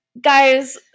Guys